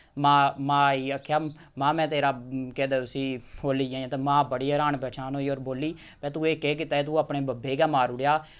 मां मां ही आखेआ मां मै तेरा केह् आखदे उसी ओह् लेई आयां ते मां बड़ी र्हान परेशान होई होर बोल्ली बै तूं एह् केह् कीता एह् तूं अपने बब्बे गै मारुड़ेआ